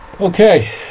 Okay